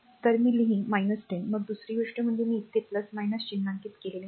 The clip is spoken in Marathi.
तर मी लिहीन 10 मग दुसरी गोष्ट म्हणजे मी येथे चिन्हांकित केलेले नाही